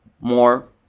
more